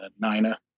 Nina